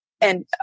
and-